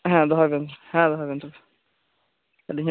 ᱦᱮᱸ ᱫᱚᱦᱚᱭ ᱵᱮᱱ ᱦᱮᱸ ᱫᱚᱦᱚᱭᱵᱮᱱ ᱛᱚᱵᱮ ᱟᱞᱤᱝ ᱦᱚᱸ